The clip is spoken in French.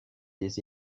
des